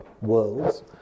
worlds